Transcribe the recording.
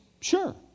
sure